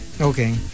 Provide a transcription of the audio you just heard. Okay